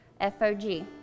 F-O-G